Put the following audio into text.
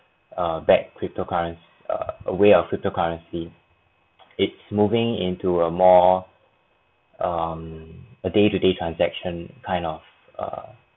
uh back cryptocurren~ err a way of cryptocurrency it's moving into a more um a day to day transaction kind of err